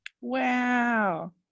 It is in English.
wow